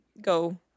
go